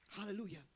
Hallelujah